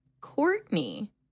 Courtney